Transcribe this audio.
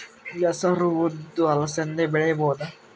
ಹೆಸರು ಉದ್ದು ಅಲಸಂದೆ ಬೆಳೆಯಬಹುದಾ?